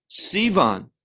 Sivan